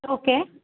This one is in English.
okay